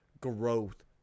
growth